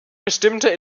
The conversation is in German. bestimmter